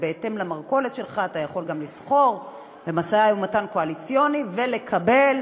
ובהתאם למרכולת שלך אתה יכול גם לסחור במשא-ומתן קואליציוני ולקבל